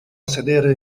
sedere